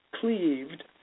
cleaved